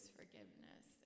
forgiveness